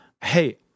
hey